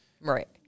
Right